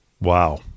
Wow